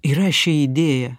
yra ši idėja